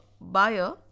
buyer